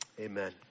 amen